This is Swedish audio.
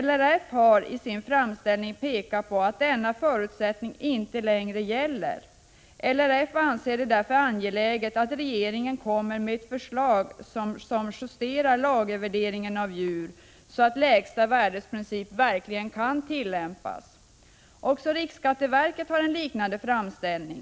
LRF har i sin framställning pekat på att denna förutsättning inte längre gäller. LRF anser det därför angeläget att regeringen kommer med ett förslag som justerar lagervärderingen av djur, så att lägsta värdets princip verkligen kan tillämpas. Också riksskatteverket har gjort en liknande framställning.